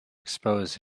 exposed